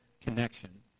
connection